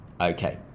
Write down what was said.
Okay